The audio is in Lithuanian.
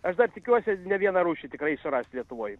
aš dar tikiuosi ne viena rūšį tikrai surast lietuvoj